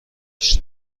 هشت